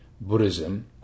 Buddhism